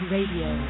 Radio